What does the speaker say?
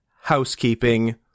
housekeeping